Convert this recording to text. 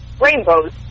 rainbows